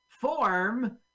form